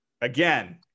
again